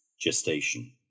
gestation